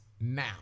now